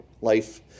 Life